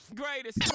greatest